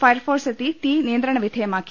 ഫയർഫോഴ്സെത്തി തീ നിയന്ത്രണവിധേ യമാക്കി